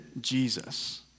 Jesus